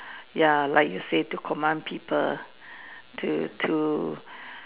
ya like you say to command people to to